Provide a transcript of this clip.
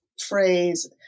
phrase